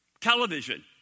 Television